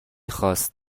خواست